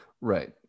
Right